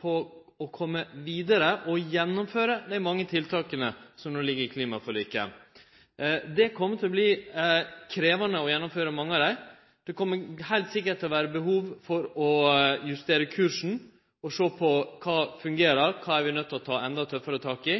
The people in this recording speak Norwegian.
på å kome vidare og gjennomføre dei mange tiltaka som ligg i klimaforliket. Det kjem til å verte krevjande å gjennomføre mange av dei, det kjem heilt sikkert til å verte behov for å justere kursen og sjå på kva som fungerer, og kva vi er nøydde til å ta endå tøffare tak i.